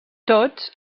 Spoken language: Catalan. tots